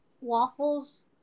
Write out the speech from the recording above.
waffles